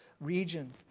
region